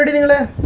and the left